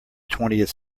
twentieth